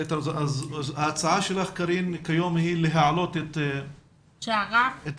קארין, ההצעה שלך היא להעלות את רף הענישה.